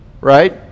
right